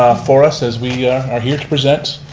for us as we are here to present.